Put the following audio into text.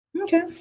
Okay